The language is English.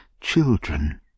children